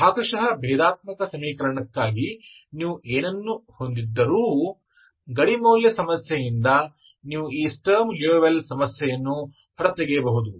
ಭಾಗಶಃ ಭೇದಾತ್ಮಕ ಸಮೀಕರಣಕ್ಕಾಗಿ ನೀವು ಏನನ್ನು ಹೊಂದಿದ್ದರೂ ಗಡಿ ಮೌಲ್ಯ ಸಮಸ್ಯೆಯಿಂದ ನೀವು ಈ ಸ್ಟರ್ಮ್ ಲಿಯೋವಿಲ್ಲೆ ಸಮಸ್ಯೆಯನ್ನು ಹೊರತೆಗೆಯಬಹುದು